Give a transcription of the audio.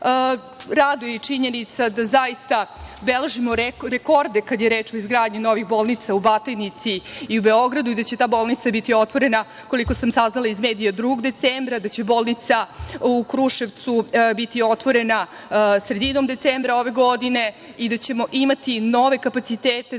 negu. Raduje i činjenica da zaista beležimo rekorde kada je reč o izgradnji novih bolnica u Batajnici i u Beogradu i da će ta bolnica biti otvorena, koliko sam saznala iz medija, 2. decembra, da će bolnica u Kruševcu biti otvorena sredinom decembra ove godine i da ćemo imati nove zdravstvene